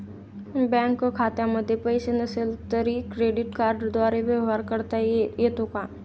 Bank खात्यामध्ये पैसे नसले तरी क्रेडिट कार्डद्वारे व्यवहार करता येतो का?